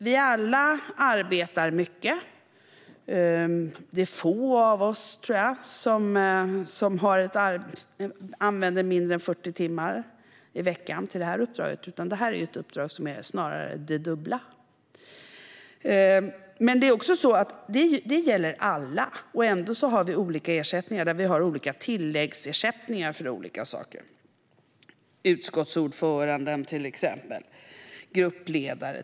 Vi arbetar mycket, och jag tror att det är få av oss som lägger mindre än 40 timmar i veckan på uppdraget. Detta uppdrag kräver i stället snarare det dubbla. Men det är också så att det gäller alla - och ändå har vi olika ersättningar. Vi har tilläggsersättningar för olika saker, som uppdragen som utskottsordförande eller gruppledare.